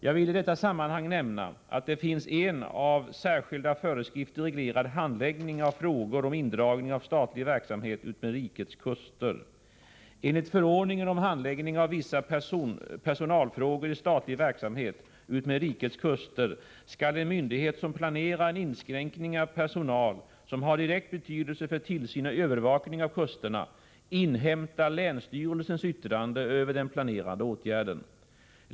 Jag vill i detta sammanhang nämna att det finns en av särskilda föreskrifter reglerad handläggning av frågor om indragning av statlig verksamhet utmed rikets kuster. Enligt förordningen om handläggning av vissa personalfrågor i statlig verksamhet utmed rikets kuster skall en myndighet som planerar en inskränkning av personal som har direkt betydelse för tillsyn och övervakning av kusterna inhämta länsstyrelsens yttrande över den planerade åtgärden.